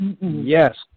Yes